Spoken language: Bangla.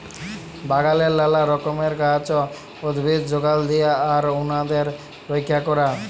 বাগালে লালা রকমের গাহাচ, উদ্ভিদ যগাল দিয়া আর উনাদের রইক্ষা ক্যরা